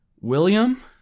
William